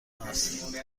است